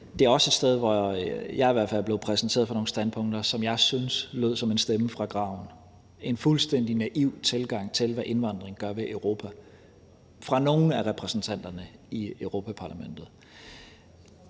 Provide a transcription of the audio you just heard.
Det er også et sted, hvor jeg i hvert fald er blevet præsenteret for nogle standpunkter, som jeg synes lød som en stemme fra graven – en fuldstændig naiv indgang til, hvad indvandring gør ved Europa – fra nogle af repræsentanterne i Europa-Parlamentet.